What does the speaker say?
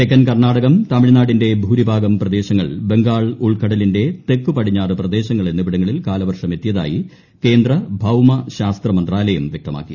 തെക്കൻ കർണാടകം തമിഴ്നാടിന്റെ ഭൂരിഭാഗം പ്രദേശങ്ങൾ ബംഗാൾ ഉൾക്കടലിന്റെ തെക്കു പടിഞ്ഞാറ് പ്രദേശങ്ങൾ എന്നിവിടങ്ങളിൽ കാലവർഷം എത്തിയതായി കേന്ദ്ര ഭൌമ ശാസ്ത്ര മന്ത്രാലയം വൃക്തമാക്കി